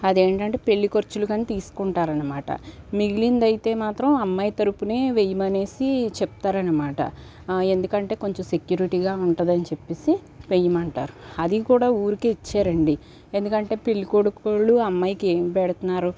అదేంటంటే పెళ్లి ఖర్చులుకని తీసుకుంటారనమాట మిగిలిందయితే మాత్రం అమ్మాయి తరఫునే వెయ్యిమనేసి చెప్తారనమాట ఎందుకంటే కొంచెం సెక్యూరిటీగా ఉంటదనిచెప్పీసి వేయిమంటారు అది కూడా ఊరికే ఇచ్చేయరండి ఎందుకంటే పెళ్లికొడుకోళ్ళు అమ్మాయికి ఏం పెడుతున్నారు